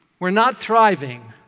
we're not thriving,